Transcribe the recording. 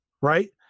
right